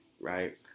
Right